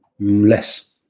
less